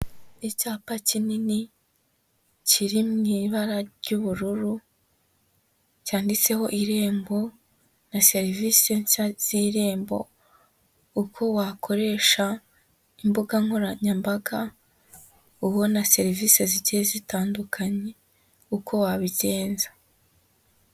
Icyapa kinini, kiri mu ibara ry'ubururu, cyanditseho irembo, na serivisi nshya z'irembo, uko wakoresha imbuga nkoranyambaga, ubona serivisi zigiye zitandukanye, uko wabigenza.